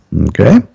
okay